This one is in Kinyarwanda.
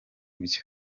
byo